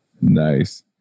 Nice